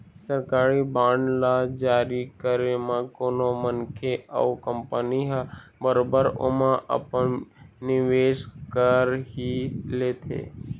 सरकारी बांड ल जारी करे म कोनो मनखे अउ कंपनी ह बरोबर ओमा अपन निवेस कर ही लेथे